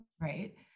right